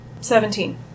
Seventeen